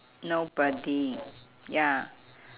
nobody ya